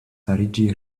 fariĝi